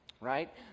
right